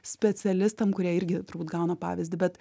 specialistam kurie irgi turbūt gauna pavyzdį bet